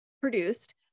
produced